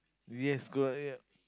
yes correct yeah